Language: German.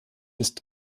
ist